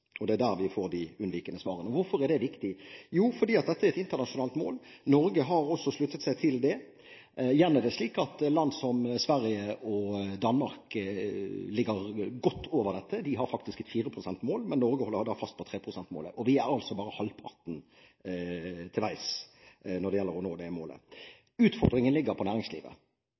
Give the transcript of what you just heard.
Det er der vi får de unnvikende svarene. Hvorfor er det viktig? Jo, fordi dette er et internasjonalt mål. Norge også har sluttet seg til det. Igjen er det slik at land som Sverige og Danmark ligger godt over dette. De har faktisk et 4 pst.-mål, men Norge holder fast på 3 pst.-målet. Vi er halvveis til å nå det målet. Utfordringen ligger på næringslivet.